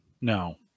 No